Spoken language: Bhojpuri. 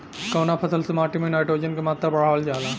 कवना फसल से माटी में नाइट्रोजन के मात्रा बढ़ावल जाला?